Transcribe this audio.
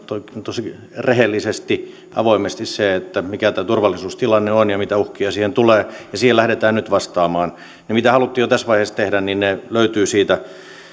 tosi rehellisesti avoimesti se mikä tämä turvallisuustilanne on ja mitä uhkia siihen tulee ja siihen lähdetään nyt vastaamaan ne mitä haluttiin jo tässä vaiheessa tehdä löytyvät